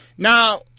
Now